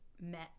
met